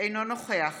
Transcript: אינו נוכח